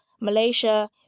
Malaysia